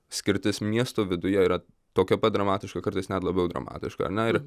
skirtis miesto viduje yra tokia pat dramatiška kartais net labiau dramatiška ar ne ir